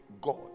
God